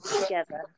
together